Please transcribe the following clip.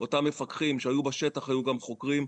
אותם מפקחים שהיו בשטח היו גם חוקרים.